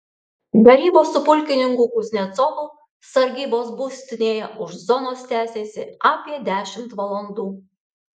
derybos su pulkininku kuznecovu sargybos būstinėje už zonos tęsėsi apie dešimt valandų